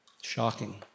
Shocking